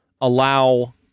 allow